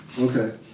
Okay